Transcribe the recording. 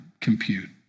compute